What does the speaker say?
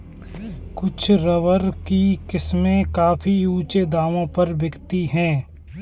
कुछ रबर की किस्में काफी ऊँचे दामों पर बिकती है